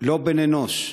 לא בן-אנוש,